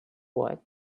wood